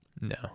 No